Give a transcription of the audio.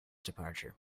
departure